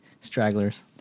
stragglers